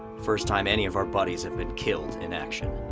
first time any of our buddies have been killed in action.